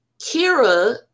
Kira